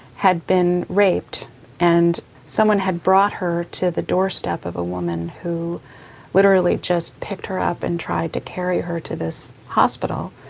had been raped and someone had brought her to the doorstep of a woman who literally just picked her up and tried to carry her to this hospital.